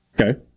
Okay